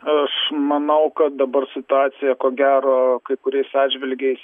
aš manau kad dabar situacija ko gero kai kuriais atžvilgiais